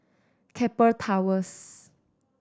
Keppel Towers